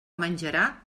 menjarà